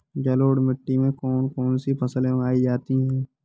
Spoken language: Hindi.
जलोढ़ मिट्टी में कौन कौन सी फसलें उगाई जाती हैं?